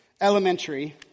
Elementary